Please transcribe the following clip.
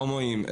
הומואים,